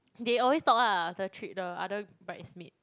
they always talk ah the three the other bridesmaids